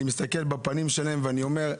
אני מסתכל בפנים שלהם ואני אומר,